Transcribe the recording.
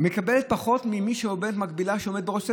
מקבלת פחות מעובדת מקבילה שעומדת בראש צוות,